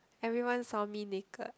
everyone saw me naked